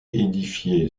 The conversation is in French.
édifié